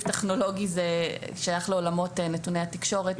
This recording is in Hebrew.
טכנולוגי הוא שייך לעולמות נתוני התקשורת.